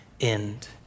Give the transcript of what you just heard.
end